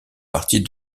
partie